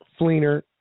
Fleener